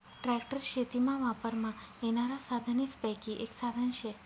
tractor शेतीमा वापरमा येनारा साधनेसपैकी एक साधन शे